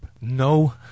no